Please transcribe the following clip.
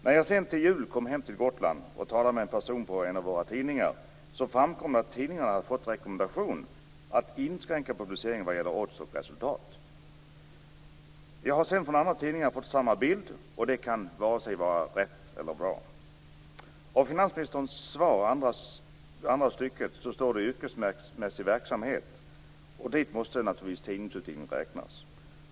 När jag sedan till jul kom hem till Gotland och talade med en person på en av våra tidningar framkom att tidningarna hade fått rekommendation att inskränka publicering vad avser odds och resultat. Jag har sedan från andra tidningar fått samma bild. Det kan vare sig vara rätt eller bra. I finansministerns svar talas i andra stycket om yrkesmässig verksamhet. Dit måste naturligtvis tidningsutgivning räknas.